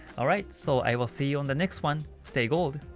alright, so i will see you on the next one stay gold,